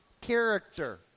character